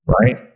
Right